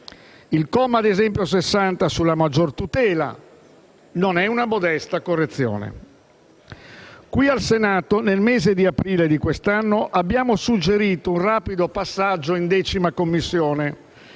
il comma 60 sulla maggior tutela non è una modesta correzione. In Senato nel mese di aprile di quest'anno abbiamo suggerito un rapido passaggio in 10a Commissione